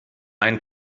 ein